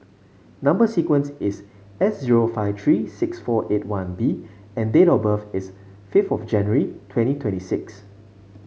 number sequence is S zero five three six four eight one B and date of birth is fifth of January twenty twenty six